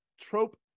trope